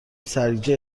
سرگیجه